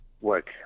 work